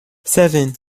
seven